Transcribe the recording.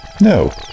No